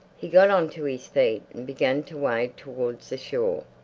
he got on to his feet and began to wade towards the shore,